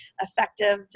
effective